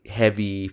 heavy